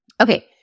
Okay